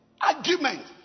Argument